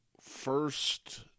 first